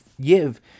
give